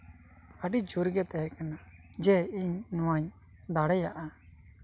ᱟᱹᱰᱤ ᱡᱳᱨ ᱜᱮ ᱛᱟᱦᱮᱸ ᱠᱟᱱᱟ ᱡᱮ ᱤᱧ ᱱᱚᱣᱟᱧ ᱫᱟᱲᱮᱭᱟᱜᱼᱟ